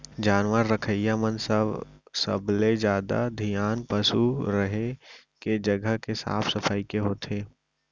जानवर रखइया मन ल सबले जादा धियान पसु रहें के जघा के साफ सफई के होथे